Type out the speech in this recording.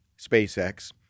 SpaceX